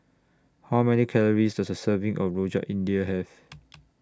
How Many Calories Does A Serving of Rojak India Have